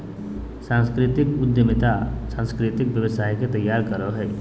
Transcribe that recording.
सांस्कृतिक उद्यमिता सांस्कृतिक व्यवसाय के तैयार करो हय